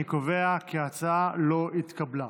אני קובע כי ההצעה לא התקבלה.